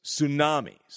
tsunamis